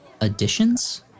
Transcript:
Additions